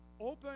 open